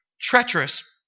treacherous